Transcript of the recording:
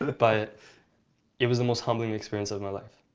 but it was the most humbling experience of my life,